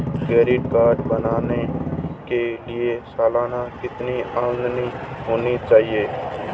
Credit card बनाने के लिए सालाना कितनी आमदनी होनी चाहिए?